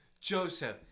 Joseph